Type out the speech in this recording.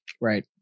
Right